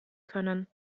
können